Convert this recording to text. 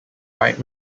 right